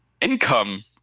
income